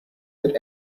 that